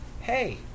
hey